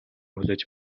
хүлээж